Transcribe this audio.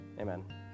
Amen